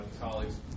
colleagues